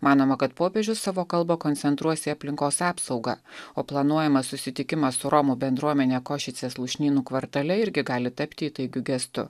manoma kad popiežius savo kalbą koncentruos į aplinkos apsaugą o planuojamas susitikimas su romų bendruomene košicės lūšnynų kvartale irgi gali tapti įtaigiu gestu